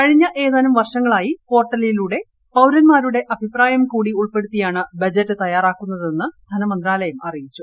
കഴിഞ്ഞ ഏതാനും വർഷങ്ങളായി പോർട്ടലിലൂടെ പൌരന്മാരുടെ അഭിപ്രായംകൂടി ഉൾപ്പെടുത്തിയാണ് ബഡ്ജറ്റ് തയ്യാറാക്കുന്നതെന്ന് ധനമന്ത്രാലയം അറിയിച്ചു